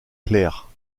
claire